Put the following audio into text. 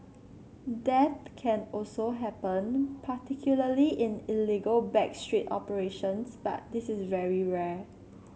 death can also happen particularly in illegal back street operations but this is very rare